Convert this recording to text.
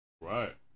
Right